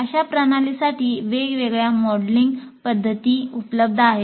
अशा प्रणालींसाठी वेगवेगळ्या मॉडेलिंग पद्धती उपलब्ध आहेत